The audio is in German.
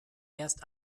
erst